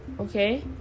Okay